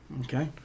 Okay